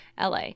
LA